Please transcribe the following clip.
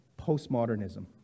postmodernism